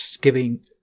giving